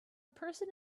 person